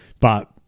but-